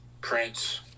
Prince